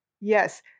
yes